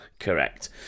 correct